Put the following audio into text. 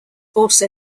also